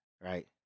Right